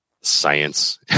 science